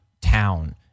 town